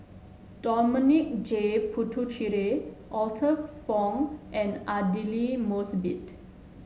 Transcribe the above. Dominic J Puthucheary Arthur Fong and Aidli Mosbit